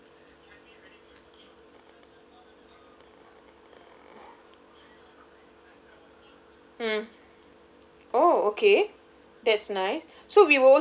mm oh okay that's nice